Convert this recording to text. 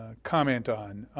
comment on.